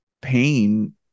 pain